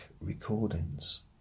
recordings